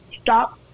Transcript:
stop